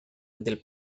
del